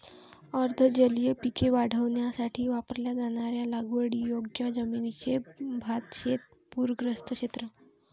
अर्ध जलीय पिके वाढवण्यासाठी वापरल्या जाणाऱ्या लागवडीयोग्य जमिनीचे भातशेत पूरग्रस्त क्षेत्र